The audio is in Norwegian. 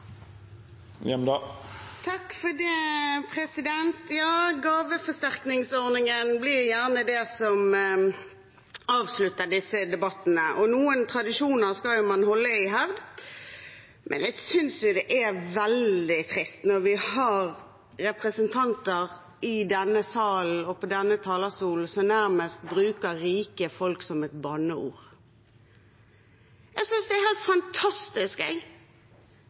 Gaveforsterkningsordningen blir gjerne det som avslutter disse debattene, og noen tradisjoner skal man jo holde i hevd. Men jeg synes det er veldig trist når vi har representanter i denne salen og på denne talerstolen som nærmest bruker «rike folk» som et banneord. Jeg synes det er helt fantastisk